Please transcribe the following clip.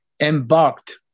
embarked